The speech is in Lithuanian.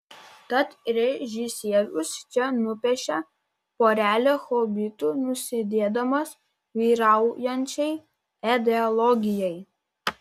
tad režisierius čia nupiešia porelę hobitų nusidėdamas vyraujančiai ideologijai